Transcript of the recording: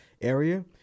area